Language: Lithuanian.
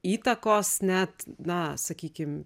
įtakos net na sakykim